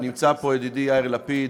ידידי יאיר לפיד,